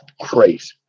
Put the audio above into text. crazy